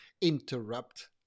interrupt